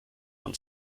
von